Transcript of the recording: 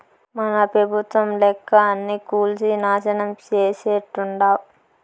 మన పెబుత్వం లెక్క అన్నీ కూల్సి నాశనం చేసేట్టుండావ్